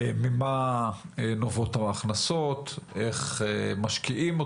ממה נובעות ההכנסות, איך משקיעים אותן,